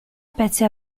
pezzi